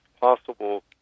possible